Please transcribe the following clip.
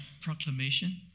proclamation